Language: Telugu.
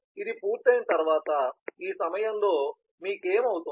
ఇది పూర్తయిన తర్వాత ఈ సమయంలో మీకు ఏమి అవుతుంది